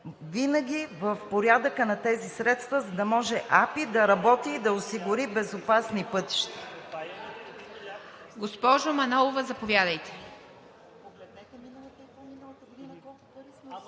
винаги в порядъка на тези средства, за да може АПИ да работи и да осигури безопасни пътища.